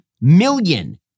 million